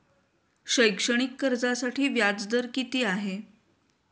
शैक्षणिक कर्जासाठी व्याज दर किती आहे?